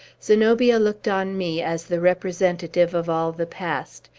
zenobia looked on me as the representative of all the past,